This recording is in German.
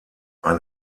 ein